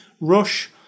Rush